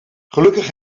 gelukkig